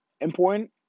important